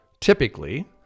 typically